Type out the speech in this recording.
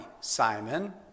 Simon